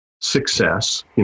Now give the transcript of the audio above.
success